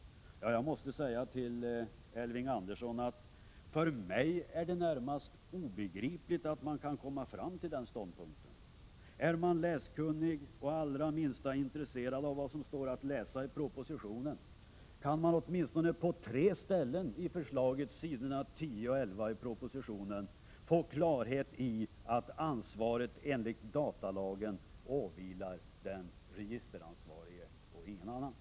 Jag måste säga till Elving Andersson att det för mig är närmast obegripligt att man kan komma fram till den ståndpunkten. Är man läskunnig och det allra minsta intresserad av vad som står att läsa i propositionen, kan man åtminstone på tre ställen i förslaget, på s. 10 och 11 i propositionen, få klarhet i att ansvaret enligt datalagen åvilar den registeransvarige och ingen annan.